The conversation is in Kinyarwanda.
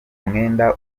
umwenda